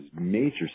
major